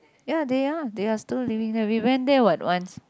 ya they are they are still living there we went there what once